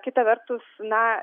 kita vertus na